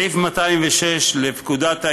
סעיף 206 לפקודת העיריות,